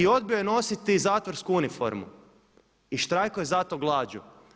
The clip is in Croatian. I odbio je nositi zatvorsku uniformu i štrajkao je zato glađu.